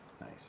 nice